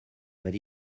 but